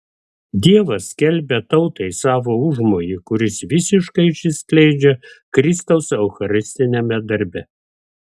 dievas skelbia tautai savo užmojį kuris visiškai išsiskleidžia kristaus eucharistiniame darbe